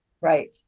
Right